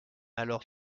alors